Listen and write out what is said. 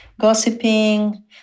gossiping